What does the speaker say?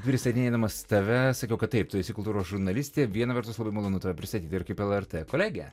pristatinėdamas tave sakiau kad taip tu esi kultūros žurnalistė viena vertus labai malonu tave pristatyti ir kaip lrt kolegę